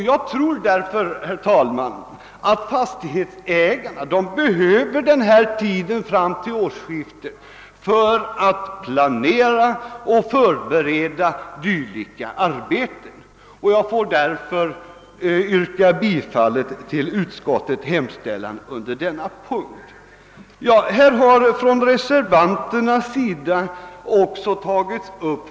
Jag tror, herr talman, att fastighetsägarna behöver tiden fram till årsskiftet för att planera och förbereda dylika arbeten. Jag får därför yrka bifall till utskottsmajoritetens hemställan under detta moment.